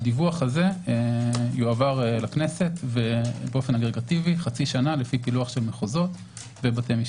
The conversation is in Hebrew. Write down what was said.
הדיווח הזה יועבר לכנסת חצי שנה לפי פילוח של מחוזות ובתי משפט.